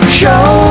show